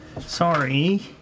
Sorry